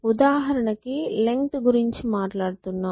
ఉదాహరణకి లెంగ్త్ గురించి మాట్లాడుతున్నాం